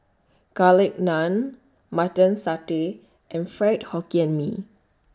Garlic Naan Mutton Satay and Fried Hokkien Mee